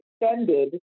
Extended